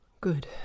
Good